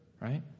right